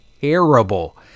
terrible